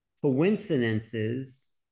coincidences